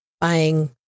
buying